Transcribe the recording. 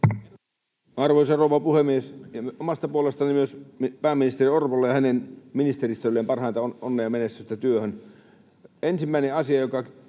Arvoisa rouva puhemies! Omasta puolestani myös pääministeri Orpolle ja hänen ministeristölleen parhainta onnea ja menestystä työhön. Ensimmäinen asia, josta